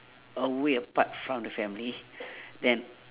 away apart from the family then